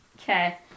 Okay